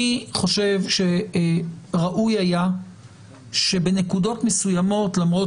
אני חושב שראוי היה שבנקודות מסוימות למרות